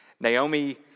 Naomi